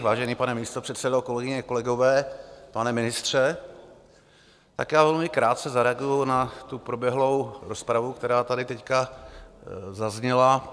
Vážený pane místopředsedo, kolegyně, kolegové, pane ministře, velmi krátce zareaguji na proběhlou rozpravu, která tady teď zazněla.